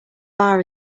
bar